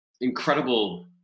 incredible